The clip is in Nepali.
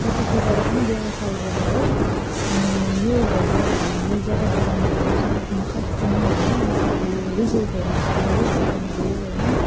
चियापत्तीबाट पनि व्यवसाय गरेर अनि यो भयो अब हामीले जगा जगामा हेर्न सक्छौँ होइन जस्तो अब यो रिजोर्टहरू खोल्यौँ रेस्टुरेन्टहरू होइन